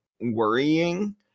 worrying